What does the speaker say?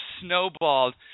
snowballed